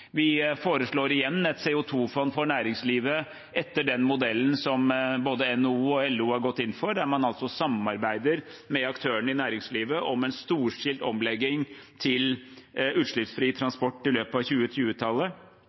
Vi foreslår igjen et CO 2 -fond for næringslivet etter den modellen som både NHO og LO har gått inn for, der man samarbeider med aktørene i næringslivet om en storstilt omlegging til utslippsfri transport i løpet av